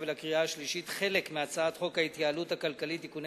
ולקריאה שלישית חלק מהצעת חוק ההתייעלות הכלכלית (תיקוני